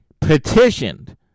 petitioned